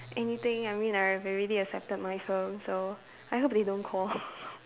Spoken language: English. anything I mean I have already accepted mine so so I hope they don't call